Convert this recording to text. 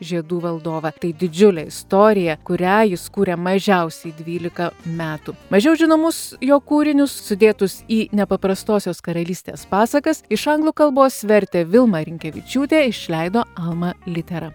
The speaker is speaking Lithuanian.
žiedų valdovą tai didžiulė istorija kurią jis kūrė mažiausiai dvylika metų mažiau žinomus jo kūrinius sudėtus į nepaprastosios karalystės pasakas iš anglų kalbos vertė vilma rinkevičiūtė išleido alma litera